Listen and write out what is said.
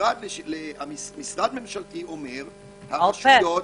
שמשרד ממשלתי אומר, שהרשויות צודקות.